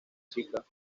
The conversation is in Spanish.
chica